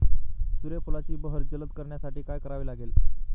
सूर्यफुलाची बहर जलद करण्यासाठी काय करावे लागेल?